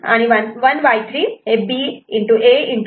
1C' 1Y3 BA